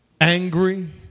angry